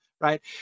right